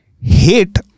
hate